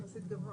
יחסית גבוה,